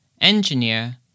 engineer